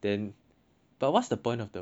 then what's the point of the voice recognition why is it so